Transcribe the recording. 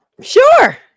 Sure